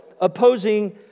opposing